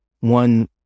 one